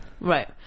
Right